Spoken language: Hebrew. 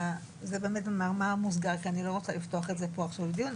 וזה באמת במאמר מוסגר כי אני לא רוצה לפתוח את זה פה עכשיו לדיון,